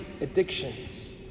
addictions